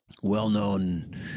well-known